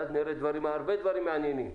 ואז נראה הרבה דברים מעניינים.